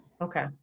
okay